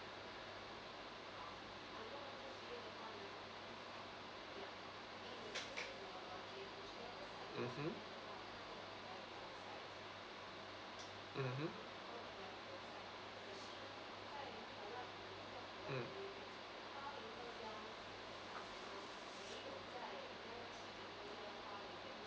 mmhmm mmhmm mm